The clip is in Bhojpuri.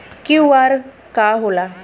क्यू.आर का होला?